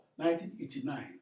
1989